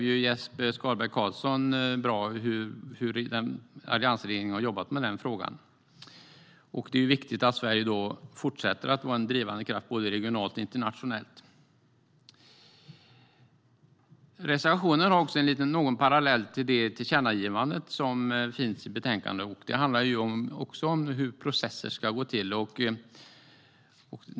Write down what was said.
Jesper Skalberg Karlsson beskrev på ett bra sätt hur alliansregeringen har jobbat med denna fråga. Det är viktigt att Sverige fortsätter att vara en drivande kraft både regionalt och internationellt. Reservationen har också en parallell till det tillkännagivande som finns i betänkandet. Det handlar om hur processer ska gå till.